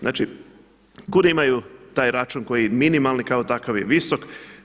Znači kud imaju taj račun koji je minimalni kao takav je visok.